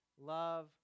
Love